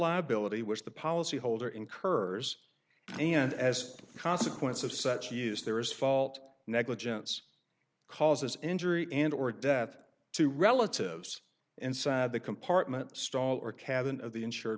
liability which the policy holder incurs and as a consequence of such use there is fault negligence causes injury and or death to relatives inside the compartment stall or cabin of the insured